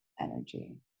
energy